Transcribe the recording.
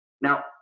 Now